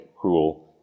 cruel